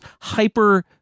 hyper